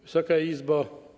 Wysoka Izbo!